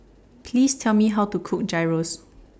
Please Tell Me How to Cook Gyros